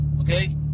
Okay